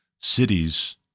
cities